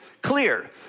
clear